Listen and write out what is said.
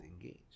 engage